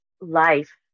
life